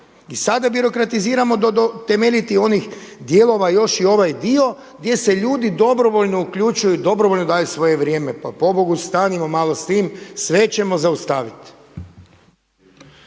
I sada birokratiziramo do temeljitih onih dijelova, još i ovaj dio gdje se ljudi dobrovoljno uključuju i dobrovoljno daju svoje vrijeme. Pa pobogu stanimo malo sa time, sve ćemo zaustaviti.